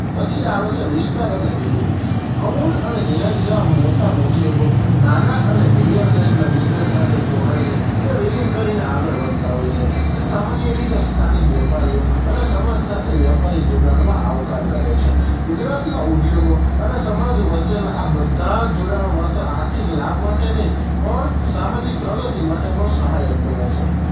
પછી આવે છે વિસ્તાર અને વિલીમ અમુલ અને રિલાયન્સ જેવા મોટા ઉદ્યોગો નાના અને મીડિયમ સાઇઝના બિઝનેસ સાથે જોડાયને કે વિલીમ કરીને આગળ વધતાં હોય છે જે સામાન્ય રીતે સ્થાનિક વેપારીઓ અને સમાજ સાથે વેપારી જોડાણમાં આવકાર કરે છે ગુજરાતમાં ઉદ્યોગો અને સમાજ વચ્ચેના આ બધા જોડાણો માત્ર આર્થિક લાભ માટે નહીં પણ સામાજિક પ્રગતિ માટે પણ સહાયક બને છે